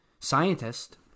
scientist